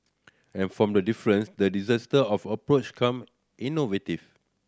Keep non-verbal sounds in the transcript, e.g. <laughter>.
and from the difference the <unintelligible> of approach come innovative